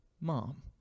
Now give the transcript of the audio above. Mom